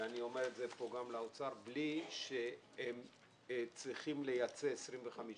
ואני אומר את זה כאן גם לאוצר שהם צריכים לייצר 25 אחוזים.